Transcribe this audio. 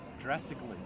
drastically